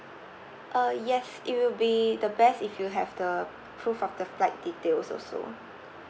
uh yes it will be the best if you have the proof of the flight details also